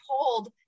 told